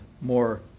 more